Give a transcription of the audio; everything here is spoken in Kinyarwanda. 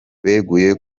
beguye